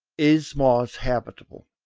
is mars habitable?